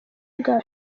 bwa